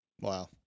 Wow